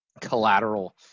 collateral